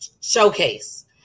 showcase